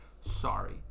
Sorry